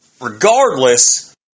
Regardless